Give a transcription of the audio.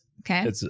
Okay